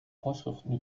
vorschriften